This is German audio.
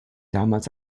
damals